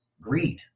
greed